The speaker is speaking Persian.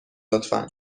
لطفا